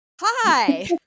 hi